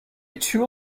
two